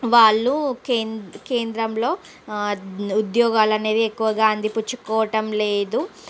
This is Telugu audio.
వాళ్ళు కేం కేంద్రంలో ఉద్యోగాలు అనేవి ఎక్కువగా అందిపుచ్చుకోవటం లేదు